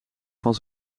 van